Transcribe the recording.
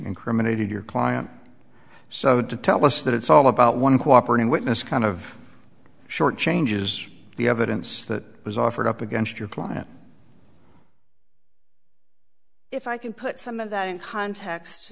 incriminating your client so to tell us that it's all about one cooperate in witness kind of short changes the evidence that was offered up against your client if i can put some of that in cont